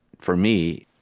for me,